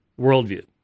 worldview